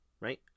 right